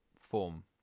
form